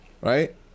right